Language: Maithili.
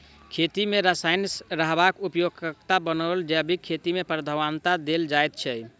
खेती मे रसायन सबहक उपयोगक बनस्पैत जैविक खेती केँ प्रधानता देल जाइ छै